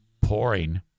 pouring